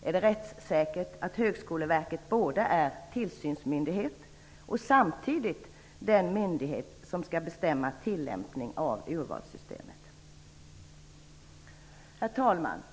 Är det rättssäkert att Högskoleverket är tillsynsmyndighet och samtidigt den myndighet som skall bestämma tillämpningen av urvalssystemet? Herr talman!